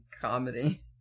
comedy